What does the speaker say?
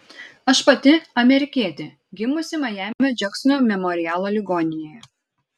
aš pati amerikietė gimusi majamio džeksono memorialo ligoninėje